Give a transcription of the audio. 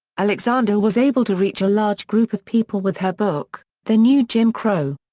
alexander was able to reach a large group of people with her book, the new jim crow.